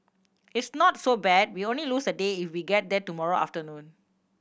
it's not so bad we only lose a day if we get there tomorrow afternoon